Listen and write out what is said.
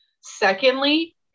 secondly